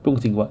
不用紧 [what]